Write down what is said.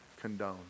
condone